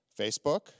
Facebook